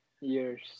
years